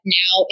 now